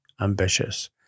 ambitious